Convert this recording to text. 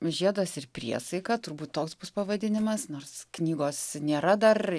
žiedas ir priesaika turbūt toks bus pavadinimas nors knygos nėra dar